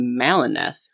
Malineth